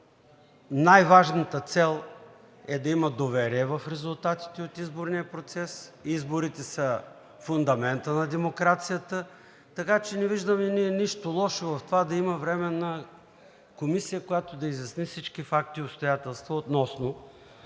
най-важната цел е да има доверие в резултатите от изборния процес, изборите са фундаментът на демокрацията, така че не виждаме нищо лошо в това да има Временна комисия, която да изясни всички факти и обстоятелства относно